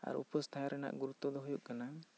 ᱟᱨ ᱩᱯᱟᱹᱥ ᱛᱟᱦᱮᱱ ᱨᱮᱭᱟᱜ ᱜᱩᱨᱩᱛᱛᱚ ᱫᱚ ᱦᱩᱭᱩᱜ ᱠᱟᱱᱟ